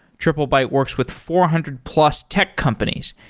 triplebyte works with four hundred plus tech companies,